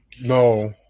No